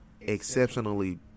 exceptionally